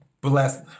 Bless